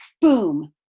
boom